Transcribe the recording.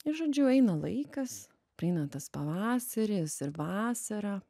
i žodžiu eina laikas praeina tas pavasaris ir vasara